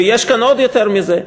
ויש כאן עוד יותר מזה,